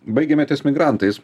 baigėme ties migrantais